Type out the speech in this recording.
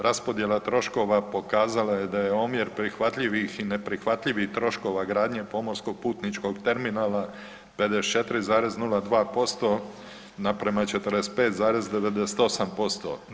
Raspodjela troškova pokazala je da je omjer prihvatljivih i neprihvatljivih troškova gradnje pomorskog putničkog terminala 54,02% na prema 45,98%